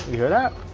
hear that?